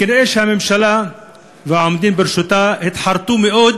כנראה הממשלה והעומדים בראשה התחרטו מאוד,